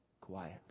quiet